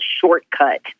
shortcut